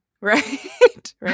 right